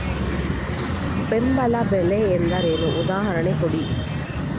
ಬೆಂಬಲ ಬೆಲೆ ಎಂದರೇನು, ಉದಾಹರಣೆ ಕೊಡಿ?